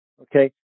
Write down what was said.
Okay